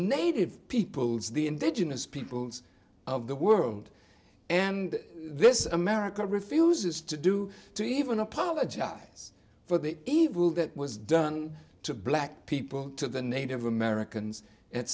native peoples the indigenous peoples of the world and this america refuses to do to even apologize for the evil that was done to black people to the native americans